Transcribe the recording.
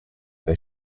they